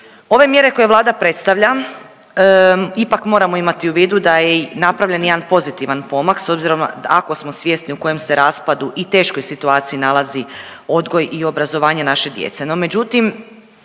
Ove mjere koje Vlada predstavlja ipak moramo imati u vidu da je i napravljen jedan pozitivan pomak, s obzirom, ako smo svjesni u kojem se raspadu i teškoj situaciji nalazi odgoj i obrazovanje naše djece.